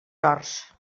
horts